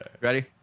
Ready